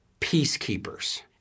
peacekeepers